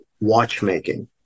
watchmaking